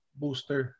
booster